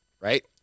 right